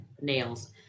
nails